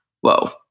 Whoa